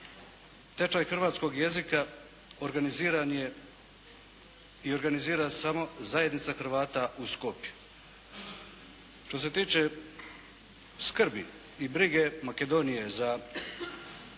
Tečaj Hrvatskog jezika organiziran je i organizira samo zajednica Hrvata u Skopju. Što se tiče skrbi i brige Makedonije za hrvatsku